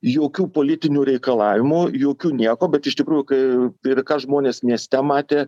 jokių politinių reikalavimų jokių nieko bet iš tikrųjų kai ir ką žmonės mieste matė